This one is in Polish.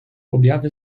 objawy